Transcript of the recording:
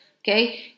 Okay